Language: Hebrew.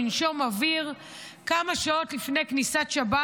לנשום אוויר כמה שעות לפני כניסת שבת,